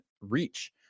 reach